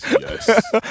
yes